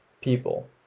people